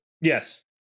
Yes